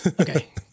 Okay